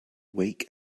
wake